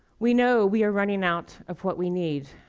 we know we are running out of what we need.